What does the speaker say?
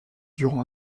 durant